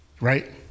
right